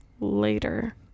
later